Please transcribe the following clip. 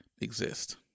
exist